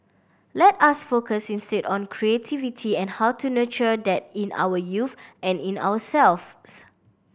let us focus instead on creativity and how to nurture that in our youth and in ourselves